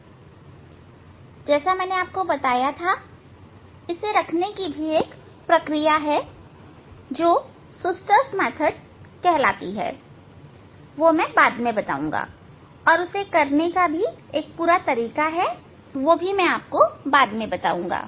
पुनः जैसा मैंने बताया था इसे रखने की भी एक प्रक्रिया है जो सुस्टर्स प्रक्रिया Schuster's method है वह मैं बाद में बताऊंगा और उसे करने का एक दूसरा तरीका भी है वह भी मैं बाद में बताऊंगा